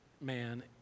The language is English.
man